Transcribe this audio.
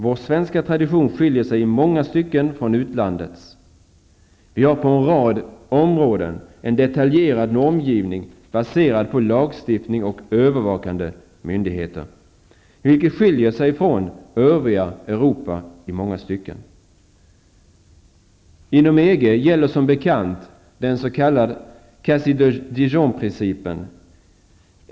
Vår svenska tradition skiljer sig i många stycken från utlandets. Vi har en detaljerad normgivning på en rad områden. Den är baserad på lagstiftning och övervakande myndigheter. Detta skiljer sig från övriga Europa i många stycken. Inom EG gäller som bekant den s.k. Cassis de Dijon-principen.